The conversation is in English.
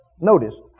notice